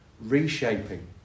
reshaping